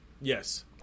Yes